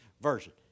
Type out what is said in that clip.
Version